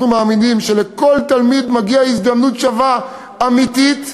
אנחנו מאמינים שלכל תלמיד מגיעה הזדמנות שווה אמיתית,